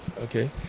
Okay